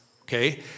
okay